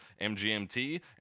MGMT